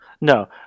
no